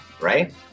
right